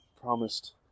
promised